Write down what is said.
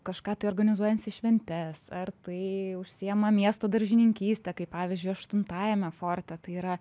kažką tai organizuojasi šventes ar tai užsiima miesto daržininkyste kaip pavyzdžiui aštuntajame forte tai yra